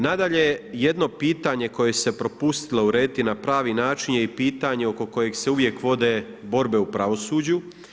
Nadalje, jedno pitanje koje se propustilo urediti na pravi način je i pitanje oko kojeg se uvijek vode borbe u pravosuđu.